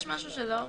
יש משהו שלא מסתדר,